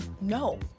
No